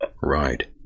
Right